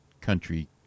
country